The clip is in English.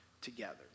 together